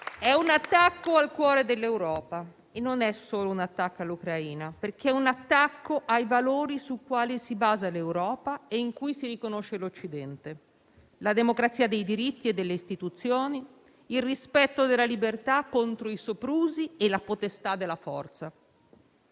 È un attacco al cuore dell'Europa e non solo all'Ucraina. È infatti un attacco ai valori su quali si basa l'Europa e in cui l'Occidente si riconosce: la democrazia dei diritti e delle Istituzioni, il rispetto della libertà contro i soprusi e la potestà della forza.